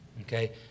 okay